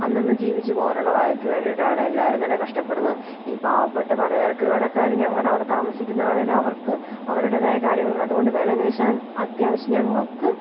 അന്നന്ന് ജീവിച്ച് പോവാനുള്ള വകക്ക് വേണ്ടിയിട്ടാണ് എല്ലാവരും തന്നെ കഷ്ടപ്പെടുന്നത് ഈ പാവപെട്ട പലചരക്ക് കടക്കാർ ഞങ്ങളുടെ അവിടെ താമസിക്കുന്നത് ആണേലവർക്ക് അവരുടേതായ കാര്യങ്ങളുണ്ട് അതുകൊണ്ട് വില പേശാൻ അത്യാവശ്യം ഞങ്ങൾക്ക്